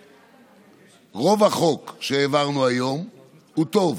שרוב החוק שהעברנו היום הוא טוב.